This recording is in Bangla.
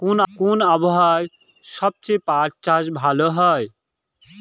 কোন আবহাওয়ায় সবচেয়ে পাট চাষ ভালো হয়?